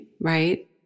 right